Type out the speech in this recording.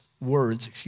words